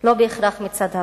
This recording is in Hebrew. לא בהכרח מצד הבעל.